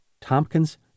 Tompkins